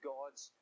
God's